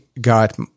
got